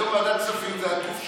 היום ועדת כספים זה הגוף שמשחרר.